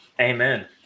Amen